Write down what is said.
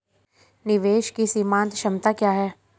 निवेश की सीमांत क्षमता क्या है?